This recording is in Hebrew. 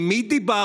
עם מי דיברנו,